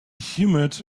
humid